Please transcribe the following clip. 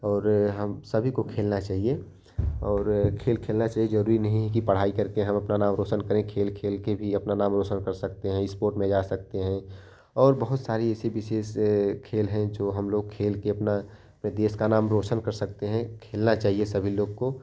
और हम सभी को खेलना चाहिए और और खेल खेलना चाहिए ज़रूरी नहीं है कि पढ़ाई करके हम अपना नाम रोशन करें खेल खेल के भी अपना नाम रोशन कर सकते हैं स्पोर्ट में जा सकते हैं और बहुत सारी ऐसी विशेष खेल हैं जो हम लोग खेल के अपना देश का नाम रोशन कर सकते हैं खेलना चाहिए सभी लोग को